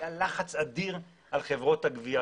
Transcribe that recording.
מפעילה לחץ אדיר על חברות הגבייה?